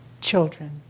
children